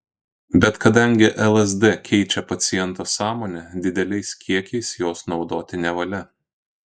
bet kadangi lsd keičia paciento sąmonę dideliais kiekiais jos naudoti nevalia